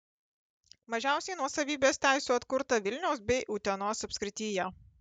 mažiausiai nuosavybės teisių atkurta vilniaus bei utenos apskrityje